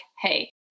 hey